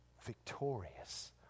victorious